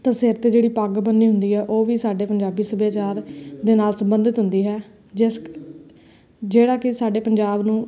ਤਾਂ ਸਿਰ 'ਤੇ ਜਿਹੜੀ ਪੱਗ ਬੰਨ੍ਹੀ ਹੁੰਦੀ ਹੈ ਉਹ ਵੀ ਸਾਡੇ ਪੰਜਾਬੀ ਸੱਭਿਆਚਾਰ ਦੇ ਨਾਲ ਸੰਬੰਧਿਤ ਹੁੰਦੀ ਹੈ ਜਿਸ ਜਿਹੜਾ ਕਿ ਸਾਡੇ ਪੰਜਾਬ ਨੂੰ